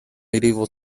medieval